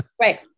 Right